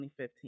2015